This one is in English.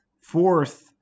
Fourth